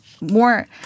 more